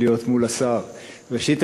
ראשית,